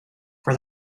for